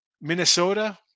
Minnesota